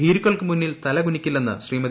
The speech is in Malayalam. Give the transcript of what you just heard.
ഭീരുക്കൾക്ക് മുന്നിൽ തലകുനിക്കില്ലെന്ന് ശ്രീമതി